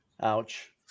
Ouch